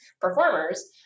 performers